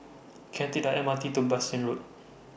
Can I Take The M R T to Bassein Road